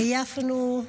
עייפנו,